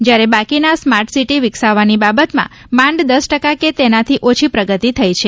જ્યારે બાકીના smart city વિકસાવવાની બાબતમાં માંડ દસ ટકા કે તેનાથી ઓછી પ્રગતિ થઈ છે